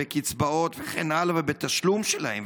בקצבאות וכן הלאה ובתשלום שלהן,